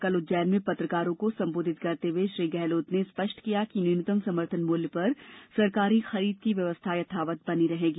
कल उज्जैन में पत्रकारों को संबोधित करते हुए श्री गेहलोत ने स्पष्ट किया कि न्यूनतम समर्थन मूल्य पर सरकारी खरीद की व्यवस्था यथावत बनी रहेगी